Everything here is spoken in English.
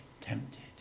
tempted